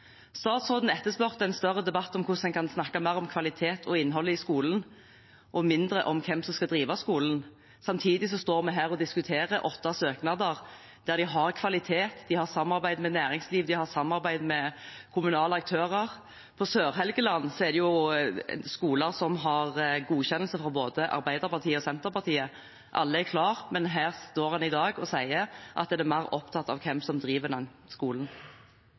Statsråden etterspurte en større debatt om hvordan en kan snakke mer om kvalitet og innhold i skolen og mindre om hvem som skal drive skolen. Samtidig står vi her og diskuterer åtte søknader der de har kvalitet, de har samarbeid med næringsliv, de har samarbeid med kommunale aktører. På Sør-Helgeland er det skoler som har godkjennelse fra både Arbeiderpartiet og Senterpartiet. Alle er klare, men her står en i dag og sier at en er mer opptatt av hvem som driver skolen.